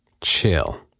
Chill